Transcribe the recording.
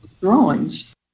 drawings